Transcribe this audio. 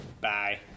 Bye